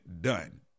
done